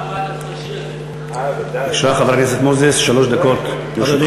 בבקשה, שלוש דקות לרשותך.